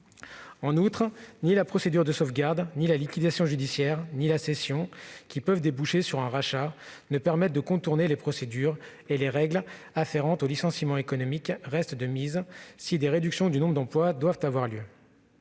En outre, ni la procédure de sauvegarde, ni la liquidation judiciaire, ni la cession, qui peuvent déboucher sur un rachat, ne permettent de contourner les procédures, et les règles afférentes aux licenciements économiques restent de mise si des réductions d'emplois doivent avoir lieu.